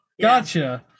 Gotcha